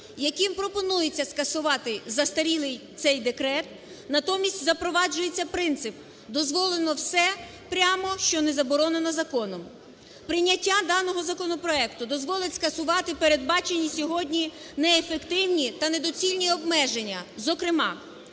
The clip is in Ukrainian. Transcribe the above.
яким пропонується скасувати застарілий цей декрет. Натомість запроваджується принцип: дозволено все прямо, що не заборонено законом. Прийняття даного законопроекту дозволить скасувати передбачені сьогодні неефективні та недоцільні обмеження. Зокрема,